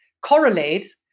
correlate